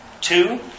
Two